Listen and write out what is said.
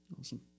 Awesome